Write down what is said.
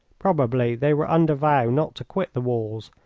probably they were under vow not to quit the walls,